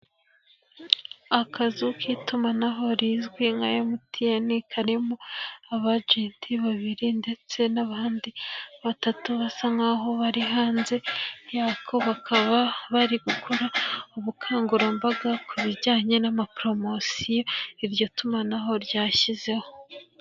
Akazu k'itumanaho rizwi nka ya MTN. Karimo abajeti babiri ndetse n'abandi batatu basa nkaho bari hanze yako. Bakaba bari gukora ubukangurambaga ku bijyanye n'amaporomosiyo iryo tumanaho ryashyizeho.